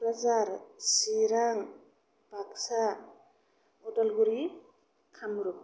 Kokrajhar Chirang Baksa Udalguri Kamrup